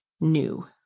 new